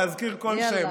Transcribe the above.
להזכיר כל שם.